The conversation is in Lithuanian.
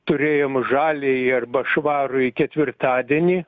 turėjom žaliąjį arba švarųjį ketvirtadienį